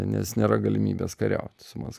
nes nėra galimybės kariauti su mas